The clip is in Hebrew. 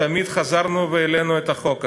תמיד חזרנו והעלינו את החוק הזה.